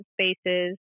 spaces